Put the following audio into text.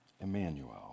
Emmanuel